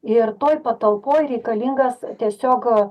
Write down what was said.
ir toj patalpoj reikalingas tiesiog